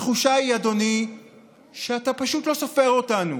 התחושה היא שאתה פשוט לא סופר אותנו,